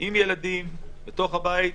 עם ילדים בתוך הבית.